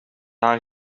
haar